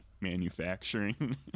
manufacturing